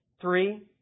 three